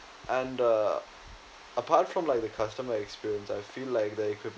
and uh apart from like the customer experience I feel like they could